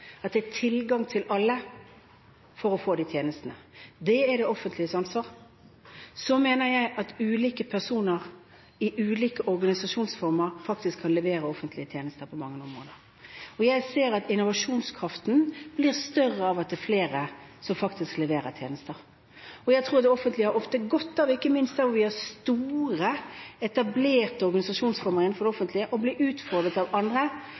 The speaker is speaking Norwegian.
alle har tilgang til tjenestene. Det er det offentliges ansvar. Så mener jeg at ulike personer i ulike organisasjonsformer faktisk kan levere offentlige tjenester på mange områder, og jeg ser at innovasjonskraften blir større av at det er flere som leverer tjenester. Jeg tror at det offentlige – ikke minst der hvor vi har store, etablerte organisasjonsformer innenfor det offentlige – ofte har godt av å bli utfordret av andre